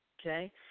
okay